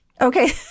okay